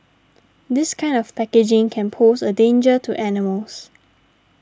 this kind of packaging can pose a danger to animals